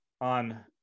on